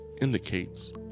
indicates